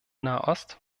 nahost